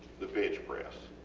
the bench press,